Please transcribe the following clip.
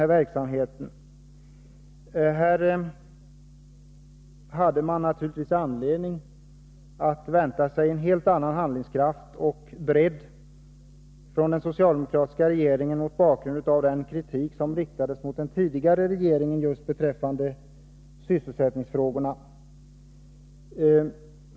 Här hade man naturligtvis anledning att vänta sig en helt annan handlingskraft och bredd i förslagen från den socialdemokratiska regeringen, mot bakgrund av den kritik som riktades mot den tidigare regeringen när det gällde just sysselsättningsfrågorna.